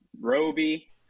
Roby